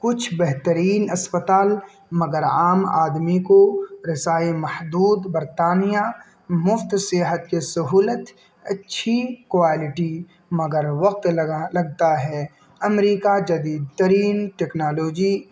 کچھ بہترین اسپتال مگر عام آدمی کو رسائی محدود برطانیہ مفت صحت کے سہولت اچھی کوالٹی مگر وقت لگا لگتا ہے امریکہ جدید ترین ٹیکنالوجی